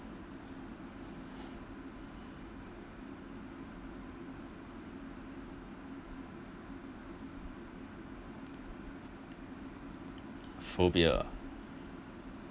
phobia